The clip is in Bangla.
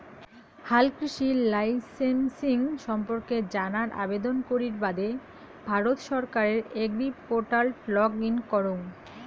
হালকৃষি লাইসেমসিং সম্পর্কে জানার আবেদন করির বাদে ভারত সরকারের এগ্রিপোর্টাল লগ ইন করঙ